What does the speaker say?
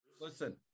listen